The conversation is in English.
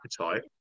appetite